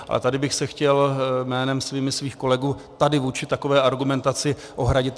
A tady bych se chtěl jménem svým i svých kolegů vůči takové argumentaci ohradit.